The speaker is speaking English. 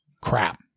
crap